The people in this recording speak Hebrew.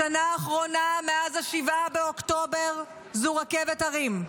השנה האחרונה, מאז 7 באוקטובר, זו רכבת הרים,